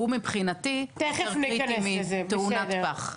שהוא מבחינתי יותר קריטי מתאונת פח?